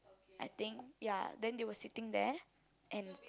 I think ya then they were sitting there and